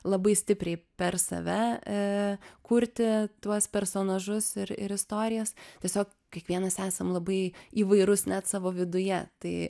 labai stipriai per save kurti tuos personažus ir ir istorijas tiesiog kiekvienas esam labai įvairus net savo viduje tai